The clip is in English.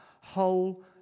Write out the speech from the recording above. whole